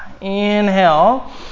Inhale